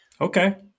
Okay